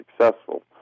successful